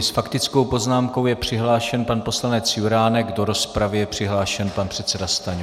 S faktickou poznámkou je přihlášen pan poslanec Juránek, do rozpravy je přihlášen pan předseda Stanjura.